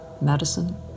Medicine